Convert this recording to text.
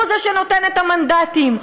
הוא שנותן את המנדטים,